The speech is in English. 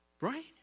Right